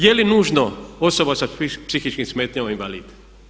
Je li nužno osoba sa psihičkim smetnjama invalid?